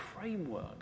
framework